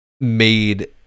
made